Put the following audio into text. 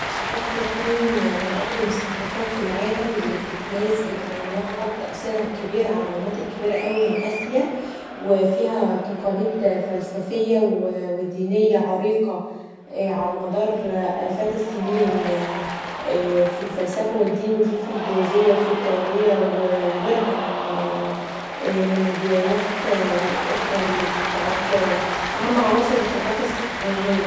ثقافه الصين من اقدم الثقافات في العالم اللي بتتميز بتنوعها و بتأثرها الكبير علي مناطق كبيره اوي من اسيا وفيها تقاليد فلسفيه و دينيه عريقه علي مدار الفات السنين في الفلسفه و في الدين في البوزيه و غيرها من الديانات الاخري اللي بتعد من اهم عناصر الثقافه الصينيه.